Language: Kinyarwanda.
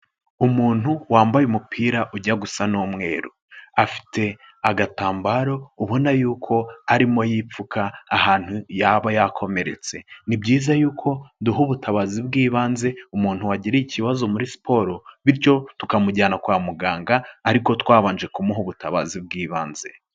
Umuntu wambaye umupira ujya gusa n'umweru. Afite agatambaro ubona yuko arimo yipfuka ahantu yaba yakomeretse. Ni byiza yuko duha ubutabazi bw'ibanze umuntu wagira ikibazo muri siporo, bityo tukamujyana kwa muganga ariko twabanje kumuha ubutabazi bw'ibanze.